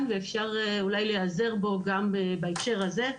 ואפשר אולי להיעזר בו גם בהקשר הזה.